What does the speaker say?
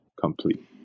complete